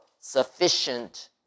sufficient